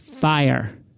fire